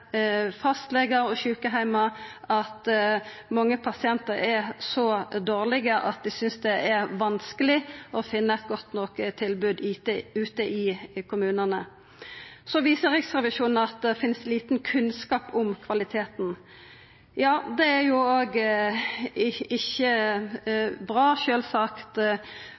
fastlegar og sjukeheimar at mange pasientar er så dårlege at dei synest det er vanskeleg å finna eit godt nok tilbod ute i kommunane. Så viser Riksrevisjonen til at det finst lite kunnskap om kvaliteten. Ja, det er heller ikkje bra, sjølvsagt.